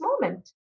moment